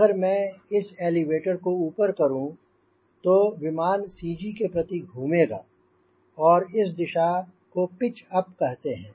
अगर मैं इस एलीवेटर को ऊपर करूंँ तो विमान CG के प्रति घूमेगा और इस दिशा को पिच अप कहते हैं